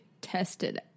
tested